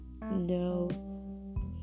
No